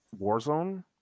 Warzone